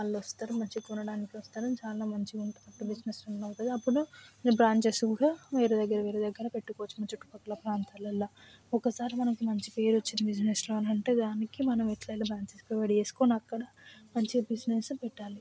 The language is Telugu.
వాళ్ళు వస్తారు మంచిగా కొనడానికి వస్తారు చాలా మంచిగా ఉంటుంది అప్పుడు బిజినెస్ రన్ అవుతుంది అప్పుడు నేను ప్లాన్ చేసువుగా వేరే దగ్గర వేరే దగ్గర పెట్టుకోవచ్చు చుట్టుపక్కల ప్రాంతాలలో ఒకసారి మనకి మంచి పేరు వచ్చింది బిజినెస్లో అంటే దానికి మనం ఎట్లైనా ప్లాన్ చేసుకుని రెడీ చేసుకుని అక్కడ మంచిగా బిజినెస్ పెట్టాలి